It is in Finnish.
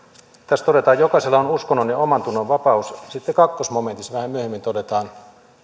tässä todetaan jokaisella on uskonnon ja omantunnon vapaus sitten toisessa momentissa vähän myöhemmin todetaan